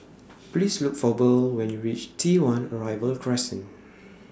Please Look For Burl when YOU REACH T one Arrival Crescent